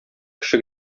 кеше